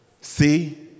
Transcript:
see